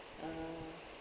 uh